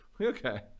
Okay